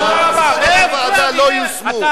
לא יושמו.